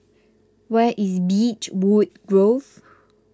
where is Beechwood Grove